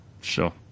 Sure